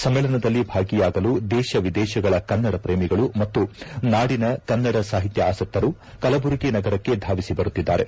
ಸಮ್ಮೇಳನದಲ್ಲಿ ಭಾಗಿಯಾಗಲು ದೇಶ ವಿದೇಶಗಳ ಕನ್ನಡ ಪ್ರೇಮಿಗಳು ಮತ್ತು ನಾಡಿನ ಕನ್ನಡ ಸಒತ್ತ ಆಸಕ್ತರು ಕಲಬುರಗಿ ನಗರಕ್ಕೆ ಧಾವಿಸಿ ಬರುತಿದ್ದಾರೆ